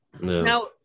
now